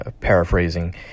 paraphrasing